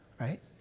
right